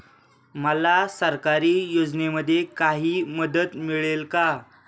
मला सरकारी योजनेमध्ये काही मदत मिळेल का?